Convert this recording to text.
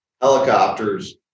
helicopters